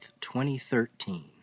2013